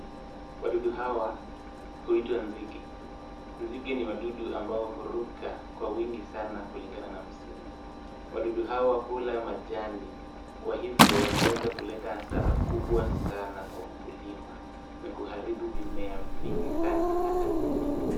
Wadudu hawa huitwa nzige. Nzige ni wadudu ambao huruka kwa wingi sana kulingana na msimu. Wadudu hawa hula majani, kwa hivyo wanaweza kuleta hasara kubwa sana kwa mkulima na kuharibu mimea nyingi sana, hata miti.